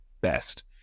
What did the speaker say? best